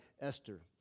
Esther